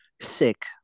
sick